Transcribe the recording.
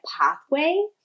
pathway